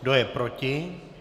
Kdo je proti?